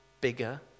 bigger